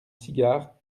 cigare